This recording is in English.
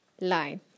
line